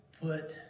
put